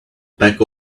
peck